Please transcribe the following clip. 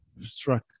struck